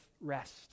rest